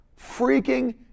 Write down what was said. Freaking